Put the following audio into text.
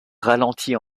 ralentit